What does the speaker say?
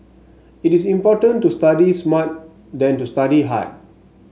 it is important to study smart than to study hard